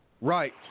Right